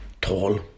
tall